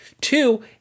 Two